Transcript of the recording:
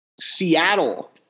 Seattle